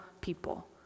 people